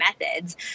methods